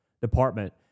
department